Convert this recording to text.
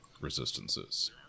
Resistances